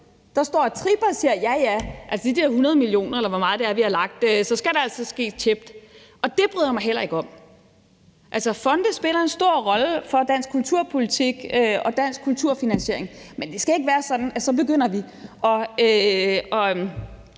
der står og tripper og siger: Ja, ja, men vi har lagt de der 100 mio. kr., eller hvor meget det er, og så skal det altså ske tjept. Det bryder jeg mig heller ikke om. Fonde spiller en stor rolle for dansk kulturpolitik og dansk kulturfinansiering, men det skal ikke være sådan, at vi så begynder at